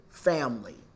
family